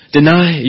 Deny